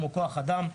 כמו כוח האדם.